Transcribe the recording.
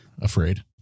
Afraid